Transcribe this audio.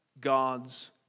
God's